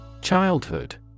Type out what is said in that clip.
Childhood